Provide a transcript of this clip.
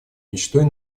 мечтой